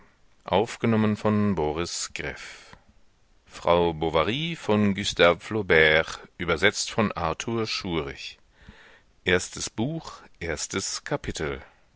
frau bovary von gustave flaubert erstes buch erstes kapitel